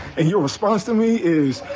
and your response to me is,